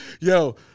Yo